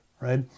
Right